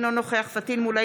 אינו נוכח פטין מולא,